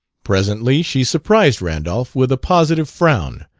presently she surprised randolph with a positive frown.